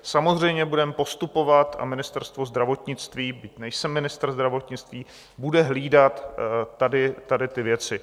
Samozřejmě budeme postupovat, a Ministerstvo zdravotnictví, byť nejsem ministr zdravotnictví, bude hlídat tady ty věci.